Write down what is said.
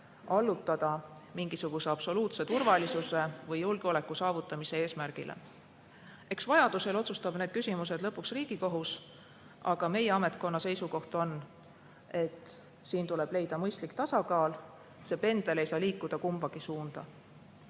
allutada mingisuguse absoluutse turvalisuse või julgeoleku saavutamise eesmärgile? Eks vajadusel otsustab need küsimused lõpuks Riigikohus, aga meie ametkonna hinnangul tuleb leida mõistlik tasakaal, see pendel ei saa liikuda kumbagi suunda.